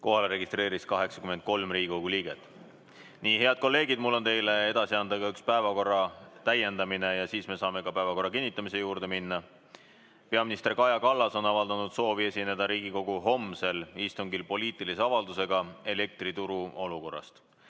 Kohalolijaks registreerus 83 Riigikogu liiget. Nii, head kolleegid, mul on teile edasi anda üks päevakorra täiendamine ja siis me saame ka päevakorra kinnitamise juurde minna. Peaminister Kaja Kallas on avaldanud soovi esineda Riigikogu homsel istungil poliitilise avaldusega elektrituru olukorrast.